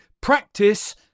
practice